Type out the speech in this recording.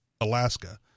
Alaska